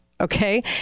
Okay